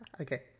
Okay